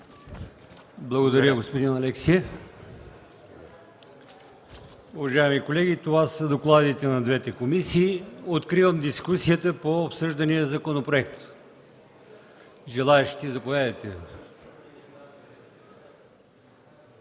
Благодаря, господин Алексиев. Уважаеми колеги, това са докладите на двете комисии. Откривам дискусията по обсъждания законопроект. Желаещи? Заповядайте.